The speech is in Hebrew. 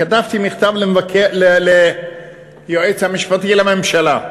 כתבתי מכתב ליועץ המשפטי לממשלה,